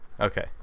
okay